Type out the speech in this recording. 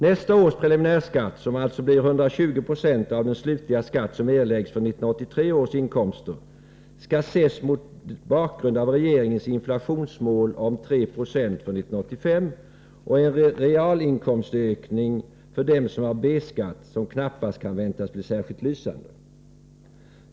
Nästa års preliminärskatt, som alltså blir 120 90 av den slutliga skatt som erläggs för 1983 års inkomster, skall ses mot bakgrund av regeringens inflationsmål om 3 26 för 1985 och en realinkomstökning för dem som har B-skatt som knappast kan väntas bli särskilt lysande.